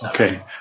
Okay